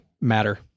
matter